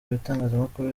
bitangazamakuru